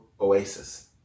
Oasis